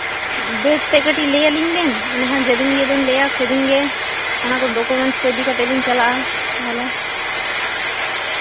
date ᱛᱮᱜ ᱞᱟᱹᱭ ᱟᱹᱞᱤᱧᱵᱮᱱ ᱮᱱᱰᱮᱠᱷᱟᱱ ᱡᱮᱫᱤᱱ ᱜᱮᱵᱮᱱ ᱞᱟᱹᱭᱟ ᱚᱱᱟᱠᱚ ᱰᱚᱠᱳᱢᱮᱱᱥ ᱤᱫᱤ ᱠᱟᱛᱮᱜ ᱞᱤᱧ ᱪᱟᱞᱟᱜᱼᱟ ᱛᱟᱦᱞᱮ